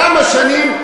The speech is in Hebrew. כמה שנים?